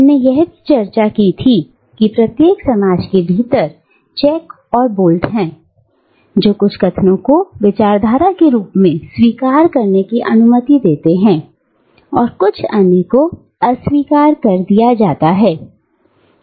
हमने यह भी चर्चा की थी कि प्रत्येक समाज के भीतर चेक और बेल्ट है जो कुछ कथनों को विचारधारा के रूप में स्वीकार करने की अनुमति देते हैं और कुछ अन्य को अस्वीकार कर दिया जाता है